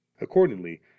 Accordingly